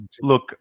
look